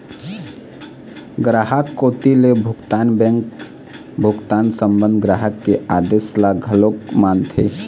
गराहक कोती ले भुगतान बेंक भुगतान संबंध ग्राहक के आदेस ल घलोक मानथे